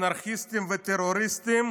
אנרכיסטים וטרוריסטים,